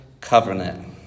covenant